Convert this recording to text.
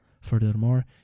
Furthermore